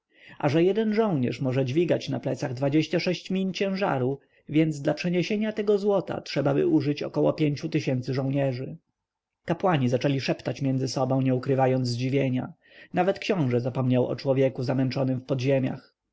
a że jeden żołnierz może dźwigać na plecach dwadzieścia sześć min ciężaru więc dla przeniesienia tego złota trzebaby użyć około pięciu tysięcy żołnierzy kapłani zaczęli szeptać między sobą nie ukrywając zdziwienia nawet książę zapomniał o człowieku zamęczonym w podziemiach